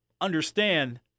understand